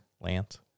Lance